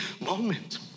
moment